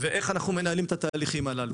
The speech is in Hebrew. לגבי איך מנהלים את התהליכים הללו.